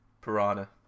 Piranha